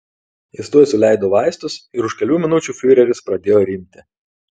jis tuoj suleido vaistus ir už kelių minučių fiureris pradėjo rimti